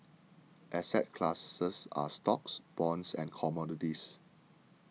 asset classes are stocks bonds and commodities